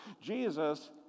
Jesus